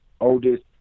oldest